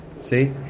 see